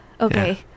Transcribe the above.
okay